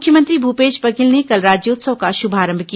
मुख्यमंत्री भूपेश बघेल ने कल राज्योत्सव का शुभारंभ किया